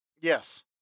Yes